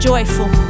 Joyful